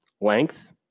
length